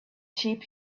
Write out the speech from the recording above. sheep